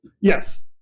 Yes